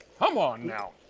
come on, now!